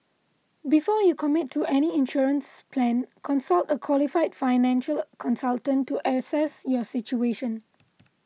before you commit to any insurance plan consult a qualified financial consultant to assess your situation